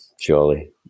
Surely